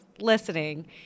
listening